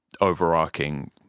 overarching